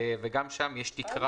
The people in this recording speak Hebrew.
וגם שם יש תקרה